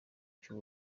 cy’u